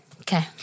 Okay